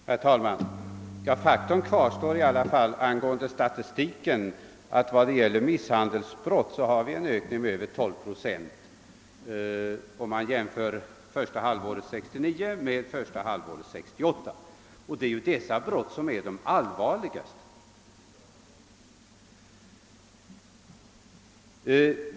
Herr talman! Faktum kvarstår i alla fall enligt statistiken: misshandelsbrotten har ökat med över 11 procent, om man jämför första halvåret 1969 med första halvåret 1968, och det är ju dessa brott som är de allvarligaste.